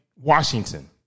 Washington